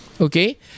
okay